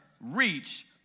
reach